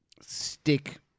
Stick